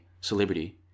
celebrity